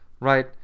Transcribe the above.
right